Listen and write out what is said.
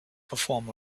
perform